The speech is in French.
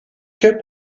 que